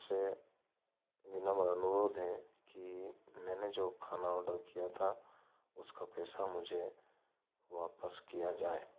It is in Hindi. से विनम्र अनुरोध है कि मैंने जो खाना ऑर्डर किया था उसका पैसा मुझे वापस किया जाए